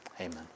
Amen